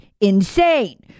insane